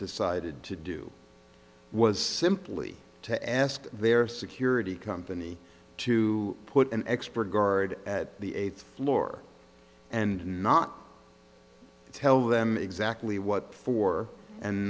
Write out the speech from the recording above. decided to do was simply to ask their security company to put an expert guard at the eighth floor and not tell them exactly what for and